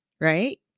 right